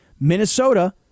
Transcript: Minnesota